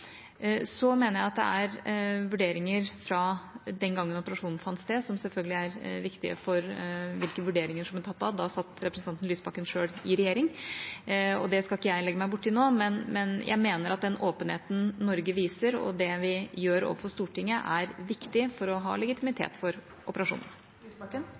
Så mener jeg at det er vurderinger fra den gangen operasjonen fant sted, som selvfølgelig er viktig for det som ble gjort da. Da satt representanten Lysbakken selv i regjering, og det skal ikke jeg legge meg borti nå. Men jeg mener at den åpenheten Norge viser, og det vi gjør overfor Stortinget, er viktig for å ha